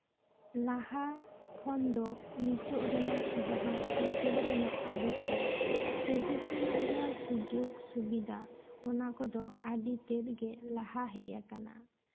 ᱞᱟᱦᱟ ᱠᱷᱚᱱ ᱫᱚ ᱱᱤᱛᱚᱜ ᱨᱮᱱᱟᱜ ᱡᱟᱦᱟᱸ ᱥᱮᱪᱮᱫ ᱨᱮᱱᱟᱜ ᱟᱹᱨᱤ ᱠᱚ ᱥᱮᱪᱮᱫ ᱨᱮᱱᱟᱜ ᱡᱟᱦᱟᱸ ᱥᱩᱡᱳᱜ ᱥᱩᱵᱤᱫᱷᱟ ᱚᱱᱟ ᱠᱚᱫᱚ ᱟᱹᱰᱤ ᱛᱮᱜ ᱜᱮ ᱞᱟᱦᱟ ᱦᱮᱡ ᱟᱠᱟᱱᱟ